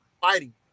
fighting